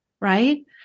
right